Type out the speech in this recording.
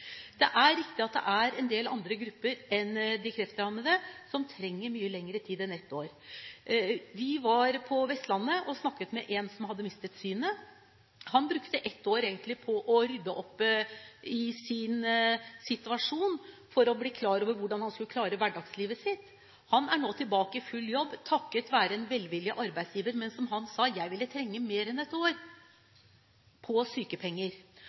Det er riktig at det er en del andre grupper enn de kreftrammede som trenger mye lengre tid enn et år. Vi var på Vestlandet og snakket med en som hadde mistet synet. Han brukte ett år på å rydde opp i sin situasjon, for å bli klar over hvordan han skulle klare hverdagslivet sitt. Han er nå tilbake i full jobb takket være en velvillig arbeidsgiver. Men som han sa: Jeg hadde trengt mer enn ett år på sykepenger.